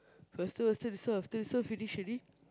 faster still the serve serve finish already